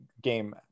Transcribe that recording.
game